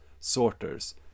sorters